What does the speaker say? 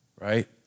right